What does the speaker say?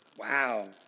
Wow